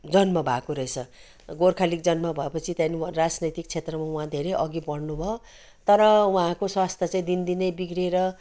जन्म भएको रहेछ गोर्खा लिग जन्म भएपछि त्यहाँदेखि राजनीतिक क्षेत्रमा उहाँ धेरै अघि बढ्नु भयो तर उहाँहको स्वास्थ चाहिँ दिन दिनै बिग्रिएर